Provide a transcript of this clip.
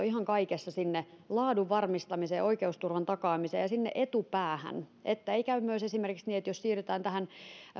ihan kaikessa sinne laadun varmistamiseen oikeusturvan takaamiseen ja sinne etupäähän että ei käy myös esimerkiksi niin että jos siirrytään